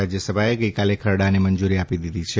રાજ્યસભાએ ગઇકાલે ખરડાને મંજૂરી આપી દીધી છે